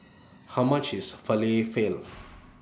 How much IS Falafel